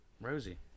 Rosie